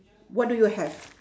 what do you have